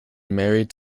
married